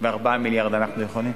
ו-4 מיליארד אנחנו יכולים?